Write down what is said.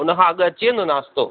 हुन खां अॻु अची वेंदो नाश्तो